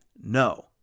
no